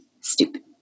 Stupid